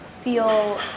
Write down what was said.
feel